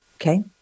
Okay